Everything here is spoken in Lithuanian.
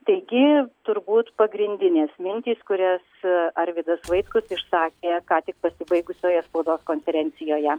taigi turbūt pagrindinės mintys kurias arvydas vaitkus išsakė ką tik pasibaigusioje spaudos konferencijoje